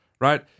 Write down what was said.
right